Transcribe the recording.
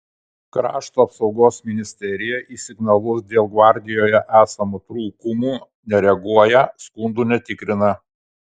krašto apsaugos ministerija į signalus dėl gvardijoje esamų trūkumų nereaguoja skundų netikrina